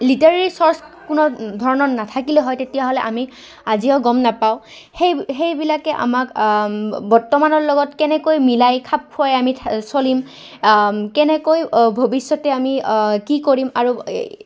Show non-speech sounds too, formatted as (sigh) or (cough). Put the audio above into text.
literary চ'ৰ্চ কোনো ধৰণৰ নাথাকিলে হয় তেতিয়াহ'লে আমি আজিও গম নাপাওঁ সেই সেইবিলাকে আমাক বৰ্তমানৰ লগত কেনেকৈ মিলাই খাপ খুৱাই আমি চলিম কেনেকৈ ভৱিষ্যতে আমি কি কৰিম আৰু (unintelligible)